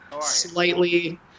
slightly